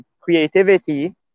creativity